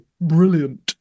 Brilliant